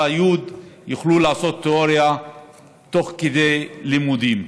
י' יוכלו לעשות תיאוריה תוך כדי לימודים.